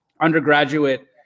undergraduate